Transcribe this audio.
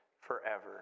forever